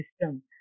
system